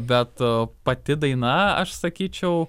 bet pati daina aš sakyčiau